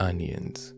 Onions